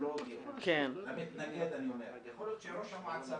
הטכנולוגיות להתנגד, אז יכול להיות שראש המועצה